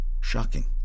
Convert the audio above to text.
Shocking